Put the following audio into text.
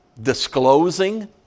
disclosing